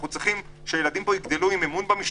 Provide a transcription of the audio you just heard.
אנחנו צריכים שהילדים פה יגדלו עם אמון במשטרה.